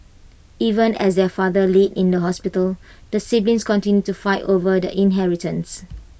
even as their father laid in the hospital the siblings continued to fight over the inheritance